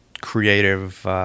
creative –